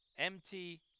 Empty